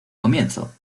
comienzo